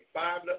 five